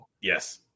Yes